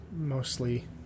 mostly